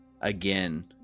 again